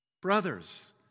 Brothers